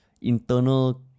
internal